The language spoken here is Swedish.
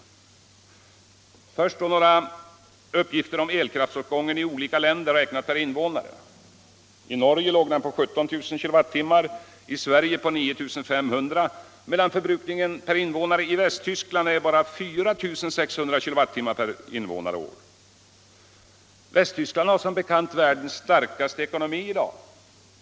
Jag vill då först lämna några uppgifter om elkraftsåtgång i olika länder räknat per invånare och år. I Norge låg den på 17000 kWh, i Sverige på 9 500 kWh, medan den i Västtyskland var bara 4 600 kWh. Västtyskland har som bekant världens starkaste ekonomi i dag.